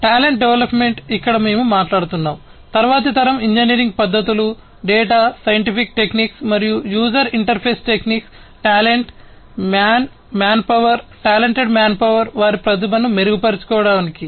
talent development ఇక్కడ మేము మాట్లాడుతున్నాము తరువాతి తరం ఇంజనీరింగ్ పద్ధతులు డేటా సైంటిఫిక్ టెక్నిక్స్ మరియు user interface techniques talent man manpower talented manpower వారి ప్రతిభను మెరుగుపర్చడానికి